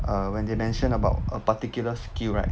err when they mention about a particular skill right